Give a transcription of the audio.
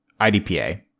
IDPA